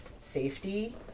safety